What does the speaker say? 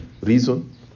reason